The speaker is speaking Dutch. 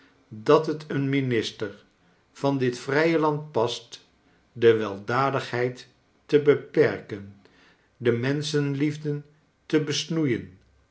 dat het een minister van dit vrije land past de weldadigheid te beperken de menschenliefde te besnoeien